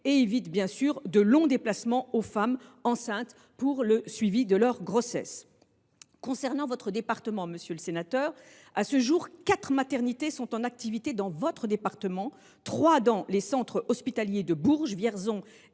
et évitent de longs déplacements aux femmes enceintes pour le suivi de leur grossesse. Monsieur le sénateur, à ce jour, quatre maternités sont en activité dans votre département, trois dans les centres hospitaliers de Bourges, Vierzon